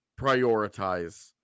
prioritize